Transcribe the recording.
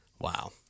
wow